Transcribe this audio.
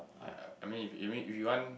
ya I mean you mean if you want